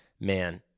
man